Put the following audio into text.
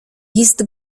jest